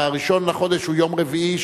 1 לחודש הוא יום רביעי,